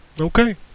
Okay